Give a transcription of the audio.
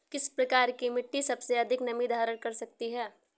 किस प्रकार की मिट्टी सबसे अधिक नमी धारण कर सकती है?